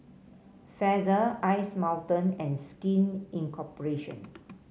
Feather Ice Mountain and Skin Incorporation